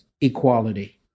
equality